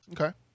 Okay